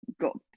got